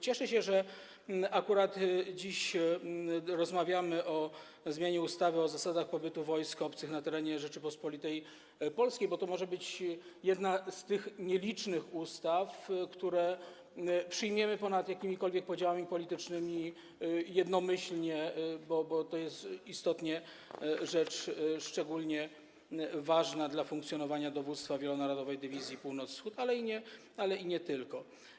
Cieszę się, że akurat dziś rozmawiamy o zmianie ustawy o zasadach pobytu wojsk obcych na terytorium Rzeczypospolitej Polskiej, bo to może być jedna z tych nielicznych ustaw, które przyjmiemy ponad jakimikolwiek podziałami politycznymi, jednomyślnie, bo to jest istotnie rzecz szczególnie ważna dla funkcjonowania Dowództwa Wielonarodowej Dywizji Północ-Wschód, ale nie tylko.